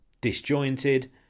disjointed